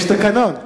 יש תקנון.